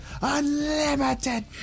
Unlimited